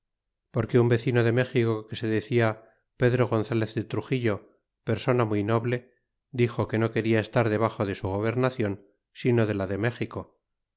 porque un vecino de méxico que se decia pedro gonzalez de truxillo persona muy noble dixo que no queda estar debaxo de su gobernacion sino de la de méxico